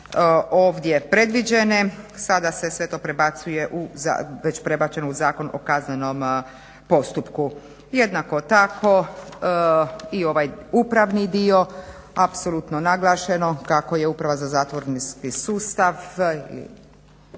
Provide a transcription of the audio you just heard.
ovdje predviđene. Sada se sve to prebacuje već prebačeno u Zakon o kaznenom postupku. Jednako tako i ovaj upravni dio apsolutno naglašeno kako je Uprava za zatvorski sustav,